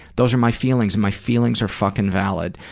those are my feelings. my feelings are fucking valid.